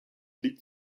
liegt